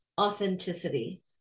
authenticity